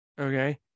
okay